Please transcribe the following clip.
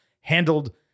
handled